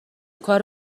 کار